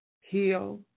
heal